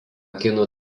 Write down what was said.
kinų